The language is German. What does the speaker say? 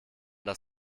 das